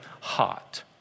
hot